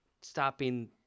stopping